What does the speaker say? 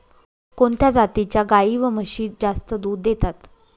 कोणत्या जातीच्या गाई व म्हशी जास्त दूध देतात?